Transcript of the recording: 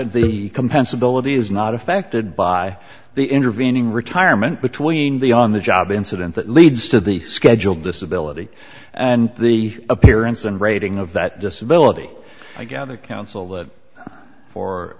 the compensable it is not affected by the intervening retirement between the on the job incident that leads to the scheduled disability and the appearance and rating of that disability i gather counsel that for